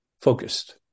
focused